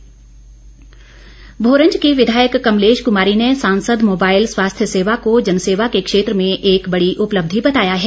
अस्पताल सेवा भोरंज की विधायक कमलेश कुमारी ने सांसद मोबाइल स्वास्थ्य सेवा को जनसेवा के क्षेत्र में एक बड़ी उपलथ्यि बताया है